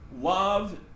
love